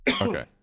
Okay